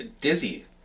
Dizzy